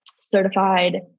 certified